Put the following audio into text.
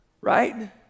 right